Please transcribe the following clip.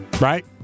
Right